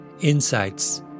insights